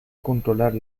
controlar